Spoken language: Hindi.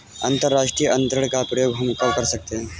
अंतर्राष्ट्रीय अंतरण का प्रयोग हम कब कर सकते हैं?